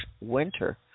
winter